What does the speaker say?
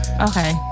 Okay